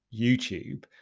YouTube